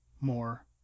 more